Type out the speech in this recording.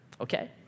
okay